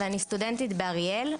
סטודנטית באריאל,